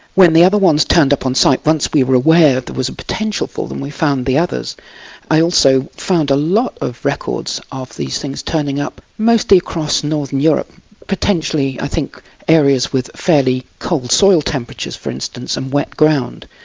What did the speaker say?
when the other ones turned up on site once we were aware there was a potential for them we found the others i also found a lot of records of these things turning up mostly across northern europe potentially i think areas with fairly cold soil temperatures for instance and wet ground.